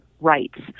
rights